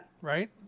right